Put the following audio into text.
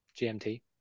GMT